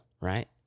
right